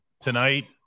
tonight